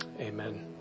Amen